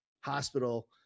hospital